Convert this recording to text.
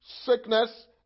sickness